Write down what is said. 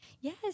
Yes